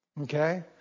Okay